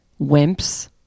wimps